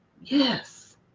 Yes